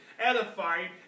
edifying